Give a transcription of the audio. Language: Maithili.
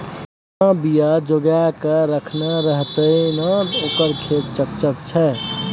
पुरना बीया जोगाकए रखने रहय तें न ओकर खेती चकचक छै